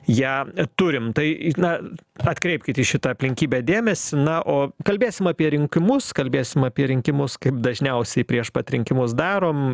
ją turim tai na atkreipkit į šitą aplinkybę dėmesį na o kalbėsim apie rinkimus kalbėsim apie rinkimus kaip dažniausiai prieš pat rinkimus darom